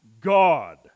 God